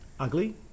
ugly